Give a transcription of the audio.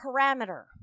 parameter